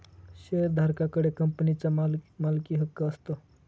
शेअरधारका कडे कंपनीचा मालकीहक्क असतो